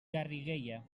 garriguella